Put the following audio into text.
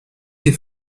ses